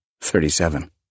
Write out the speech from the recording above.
Thirty-seven